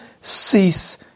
cease